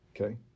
okay